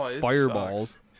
fireballs